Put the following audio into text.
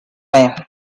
line